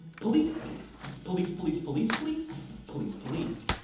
police police police police police police police police.